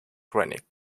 granite